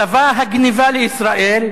צבא הגנבה לישראל,